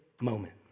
moment